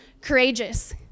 courageous